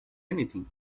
anything